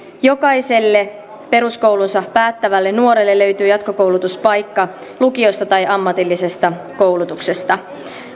jokaiselle peruskoulunsa päättävälle nuorelle löytyy jatkokoulutuspaikka lukiosta tai ammatillisesta koulutuksesta